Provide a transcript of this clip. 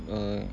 err